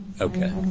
Okay